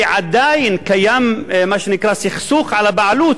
ועדיין קיים מה שנקרא סכסוך על הבעלות